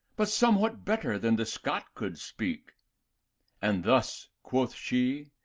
but somewhat better than the scot could speak and thus, quoth she,